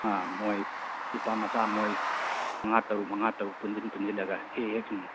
ꯑꯥ ꯃꯣꯏ ꯅꯨꯄꯥ ꯃꯆꯥ ꯃꯣꯏ ꯃꯉꯥ ꯇꯔꯨꯛ ꯃꯉꯥ ꯇꯔꯨꯛ ꯄꯨꯟꯁꯤꯟ ꯄꯨꯟꯁꯤꯟꯂꯒ ꯍꯦꯛ ꯍꯦꯛ ꯁꯨꯝ